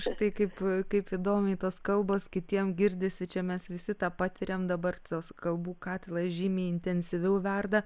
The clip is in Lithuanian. štai kaip kaip įdomiai tos kalbos kitiems girdisi čia mes visi tą patiriam dabar tas kalbų katilas žymiai intensyviau verda